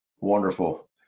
Wonderful